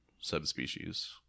subspecies